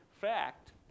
fact